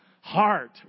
heart